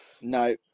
No